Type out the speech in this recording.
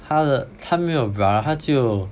她的她没有 brother 她只有